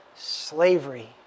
slavery